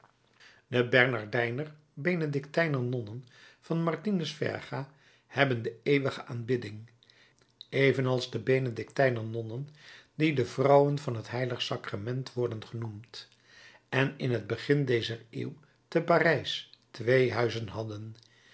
de bernardijner benedictijner nonnen van martinus verga hebben de eeuwige aanbidding evenals de benedictijner nonnen die de vrouwen van het h sacrament worden genoemd en in t begin dezer eeuw te parijs twee huizen hadden